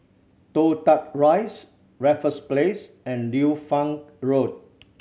Toh Tuck Rise Raffles Place and Liu Fang Road